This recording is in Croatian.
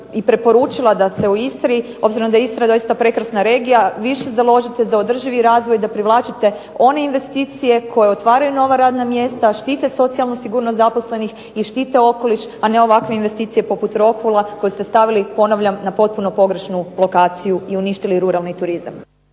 i preporučila da se u Istri, obzirom da je Istra doista prekrasna regija, više založite za održivi razvoj, da privlačite one investicije koje otvaraju nova radna mjesta, štite socijalnu sigurnost zaposlenih i štite okoliš, a ne ovakve investicije poput Rokvula, koje ste stavili ponavljam na potpuno pogrešnu lokaciju i uništili ruralni turizam.